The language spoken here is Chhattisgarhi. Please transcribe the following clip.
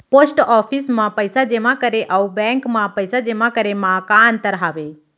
पोस्ट ऑफिस मा पइसा जेमा करे अऊ बैंक मा पइसा जेमा करे मा का अंतर हावे